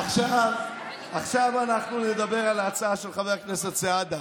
עכשיו נדבר על ההצעה של חבר הכנסת סעדה.